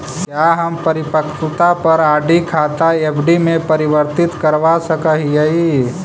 क्या हम परिपक्वता पर आर.डी खाता एफ.डी में परिवर्तित करवा सकअ हियई